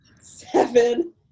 Seven